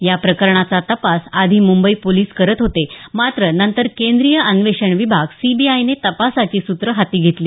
या प्रकरणाचा तपास आधी मुंबई पोलीस करत होते मात्र नंतर केंद्रीय अन्वेषण विभाग सीबीआयने तपासाची सूत्रं हाती घेतली